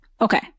Okay